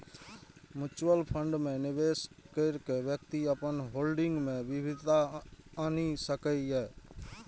mutual fund मे निवेश कैर के व्यक्ति अपन होल्डिंग मे विविधता आनि सकैए